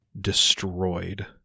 destroyed